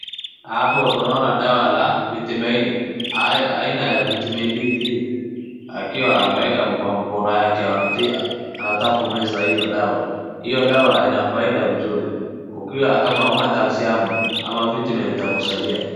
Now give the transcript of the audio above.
Hapo tunaona dawa la vitamini aina ya vitamin D three akiwa ameeka kwa mkono yake. Anataka kumeza hiyo dawa, hiyo dawa inafaida mzuri. Ukiwa kama huna kalshiamu ama vitamin itakusaidia.